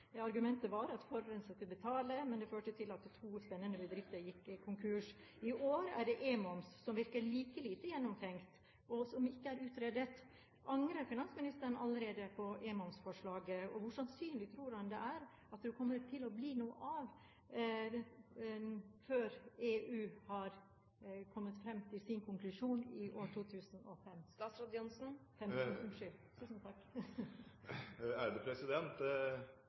Argumentet var at forurenser skulle betale, men det førte til at to spennende bedrifter gikk konkurs. I år er det e-moms, som virker like lite gjennomtenkt, og som ikke er utredet. Angrer finansministeren allerede på e-momsforslaget, og hvor sannsynlig tror han det er at det kommer til å bli noe av før EU har kommet fram til sin konklusjon i år